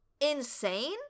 insane